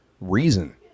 reason